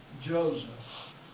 Joseph